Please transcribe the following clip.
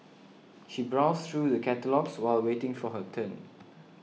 she browsed through the catalogues while waiting for her turn